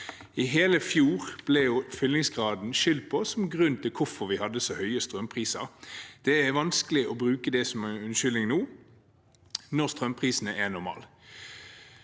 I hele fjor skyldte man på fyllingsgraden som grunn til hvorfor vi hadde så høye strømpriser. Det er vanskelig å bruke det som unnskyldning nå, når strømprisene er normale.